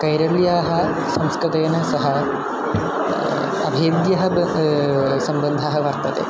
कैरलियाः संस्कृतेन सह सम्बन्धः वर्तते